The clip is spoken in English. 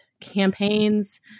campaigns